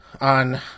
on